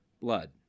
blood